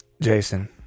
Jason